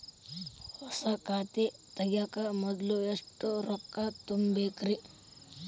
ಹೊಸಾ ಖಾತೆ ತಗ್ಯಾಕ ಮೊದ್ಲ ಎಷ್ಟ ರೊಕ್ಕಾ ತುಂಬೇಕ್ರಿ?